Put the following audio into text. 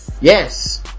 Yes